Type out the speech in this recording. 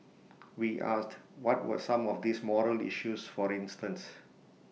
we asked what were some of these morale issues for instance